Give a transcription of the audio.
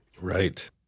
Right